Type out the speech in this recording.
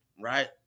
Right